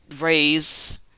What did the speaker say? raise